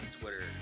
Twitter